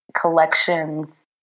collections